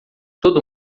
todo